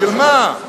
בשביל מה?